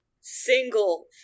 single